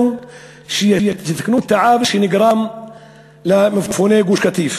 שנגרם למפוני גוש-קטיף.